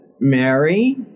Mary